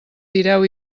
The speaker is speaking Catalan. tireu